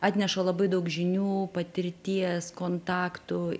atneša labai daug žinių patirties kontaktų